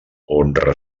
honra